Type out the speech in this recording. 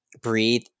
breathe